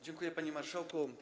Dziękuję, pani marszałek.